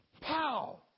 Pow